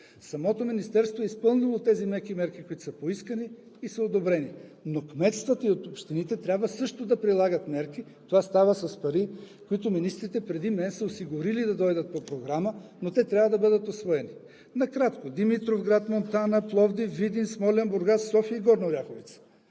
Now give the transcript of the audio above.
Самото министерство е изпълнило тези меки мерки, които са поискани и са одобрени, но кметствата от общините трябва също да прилагат мерки – това става с пари, които министрите преди мен са осигурили да дойдат по програма, но те трябва да бъдат усвоени. Накратко – Димитровград, Монтана, Пловдив, Видин, Смолян, Бургас, София и Горна Оряховица.